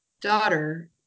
daughter